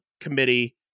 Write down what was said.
committee